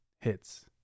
hits